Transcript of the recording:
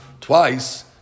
twice